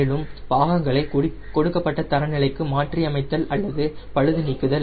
மேலும் பாகங்களை கொடுக்கப்பட்ட தர நிலைக்கு மாற்றி அமைத்தல் அல்லது பழுது நீக்குதல்